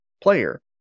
player